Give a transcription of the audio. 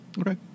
Okay